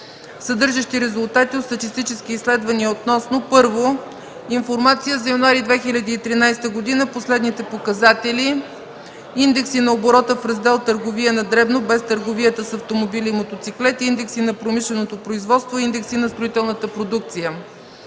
съдържащи резултати от статистически изследвания относно: 1. Информация за януари 2013 г. по следните показатели: индекси на оборота в раздел „Търговия на дребно, без търговията с автомобили и мотоциклети”; индекси на промишленото производство; индекси на строителната продукция.